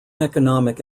economic